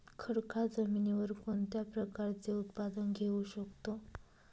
खडकाळ जमिनीवर कोणत्या प्रकारचे उत्पादन घेऊ शकतो?